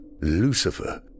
Lucifer